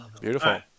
beautiful